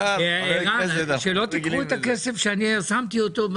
אז שאלו אותו החברים ביש עתיד,